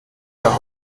der